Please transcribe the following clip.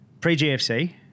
Pre-GFC